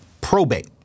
probate